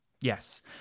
Yes